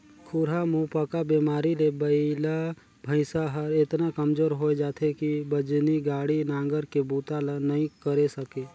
खुरहा मुहंपका बेमारी ले बइला भइसा हर एतना कमजोर होय जाथे कि बजनी गाड़ी, नांगर के बूता ल नइ करे सके